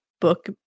book